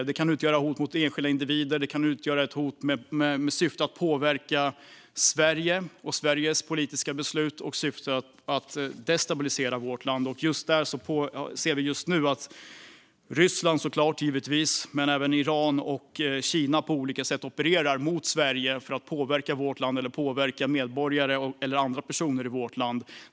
Det kan utgöra hot mot enskilda individer eller hot i syfte att påverka Sverige och Sveriges politiska beslut för att destabilisera vårt land. Just nu ser vi att Ryssland, såklart, och även Iran och Kina på olika sätt opererar mot Sverige för att påverka vårt land eller medborgare eller andra personer i vårt land.